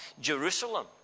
Jerusalem